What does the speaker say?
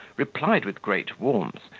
replied with great warmth,